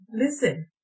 Listen